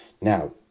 Now